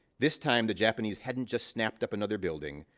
this time, the japanese hadn't just snapped up another building,